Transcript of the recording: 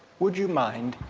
would you mind